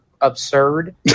absurd